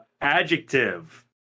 Adjective